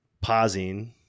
pausing